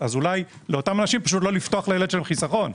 אולי לאותם אנשים לא לפתוח לילד שלהם חיסכון.